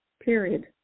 period